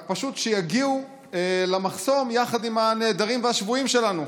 רק פשוט שיגיעו למחסום יחד עם הנעדרים והשבויים שלנו.